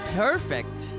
perfect